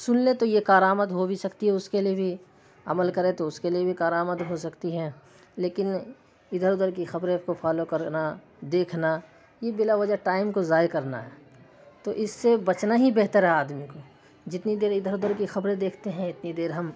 سن لے تو یہ کار آمد ہو بھی سکتی ہے اس کے لیے بھی عمل کرے تو اس کے لیے بھی کار آمد ہوسکتی ہے لیکن ادھر ادھر کی خبریں کو فالو کرنا دیکھنا یہ بلا وجہ ٹائم کو ضائع کرنا ہے تو اس سے بچنا ہی بہتر ہے آدمی کو جتنی دیر ادھر ادھر کی خبریں دیکھتے ہیں اتنی دیر ہم